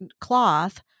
cloth